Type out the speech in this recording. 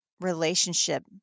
relationship